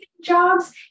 Jobs